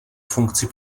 funkci